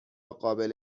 قابل